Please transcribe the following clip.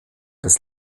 des